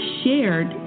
shared